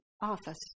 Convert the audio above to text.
office